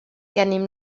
gennym